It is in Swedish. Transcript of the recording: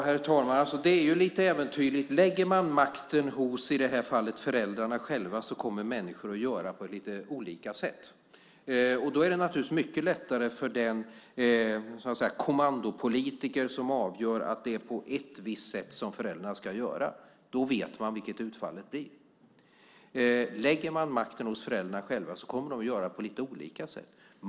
Herr talman! Ja, det är lite äventyrligt. Lägger man makten hos, i det här fallet, föräldrarna själva kommer de att göra på lite olika sätt. Det är naturligtvis mycket lättare för den, så att säga, kommandopolitiker som avgör att föräldrarna ska göra på ett visst sätt. Då vet man vilket utfallet blir. Lägger man makten hos föräldrarna själva kommer de att göra på lite olika sätt.